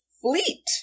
fleet